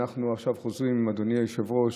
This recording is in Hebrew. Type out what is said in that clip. אנחנו עכשיו חוזרים, אדוני היושב-ראש,